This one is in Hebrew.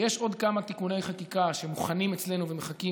יש עוד כמה תיקוני חקיקה שמוכנים אצלנו ומחכים